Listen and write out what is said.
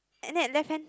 left hand